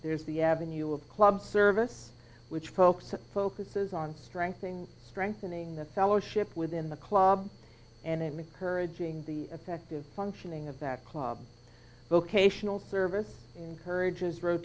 there's the avenue of clubs service which folks that focuses on strengthening strengthening the fellowship within the club and courage being the effective functioning of that club vocational service encourages rot